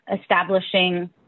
establishing